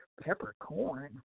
peppercorn